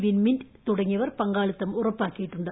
വിൻമിന്റ് തുടങ്ങിയവർ പങ്കാളിത്തം ഉറപ്പാക്കിയിട്ടുണ്ട്